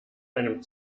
einem